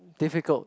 difficult